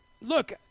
look